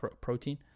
protein